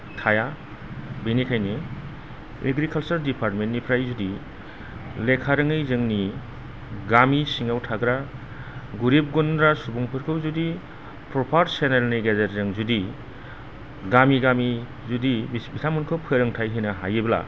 थाया बेनिखायनो एग्रिकाल्चार दिपार्तमेन्तिनिफ्राय जुदि लेखा रोङै जोंनि गामि सिङाव थाग्रा गरिब गुन्द्रा सुबुंफोरखौ जुदि प्रपार चेनेलनि गेजेरजों जुदि गामि गामि जुदि बिसो बिथांमोनखौ फोरोंथाइ होनो हायोब्ला